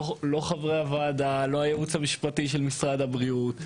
לא חברי הוועדה ולא הייעוץ המשפטי של משרד הבריאות.